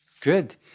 Good